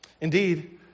Indeed